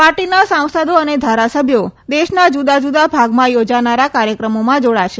પાર્ટીના સાંસદો અને ધારાસભ્યો દેશના જુદા જુદા ભાગમાં થોજાનારા કાર્યક્રમોમાં જાડાશે